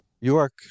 York